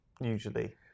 Usually